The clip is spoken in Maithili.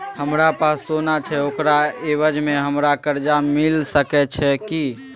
हमरा पास सोना छै ओकरा एवज में हमरा कर्जा मिल सके छै की?